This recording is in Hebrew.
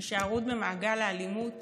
הישארות במעגל האלימות